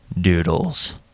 doodles